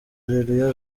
areruya